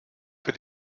für